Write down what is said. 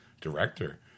director